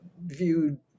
viewed